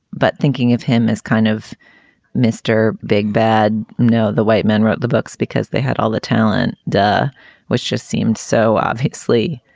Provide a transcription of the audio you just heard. but thinking of him as kind of mr. big bad. no. the white men wrote the books because they had all the talent. which just seemed so, obviously.